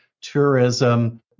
tourism